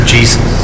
Jesus